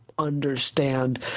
Understand